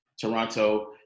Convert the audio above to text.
Toronto